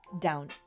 down